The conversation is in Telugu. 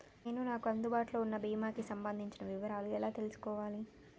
నేను నాకు అందుబాటులో ఉన్న బీమా కి సంబంధించిన వివరాలు ఎలా తెలుసుకోవాలి?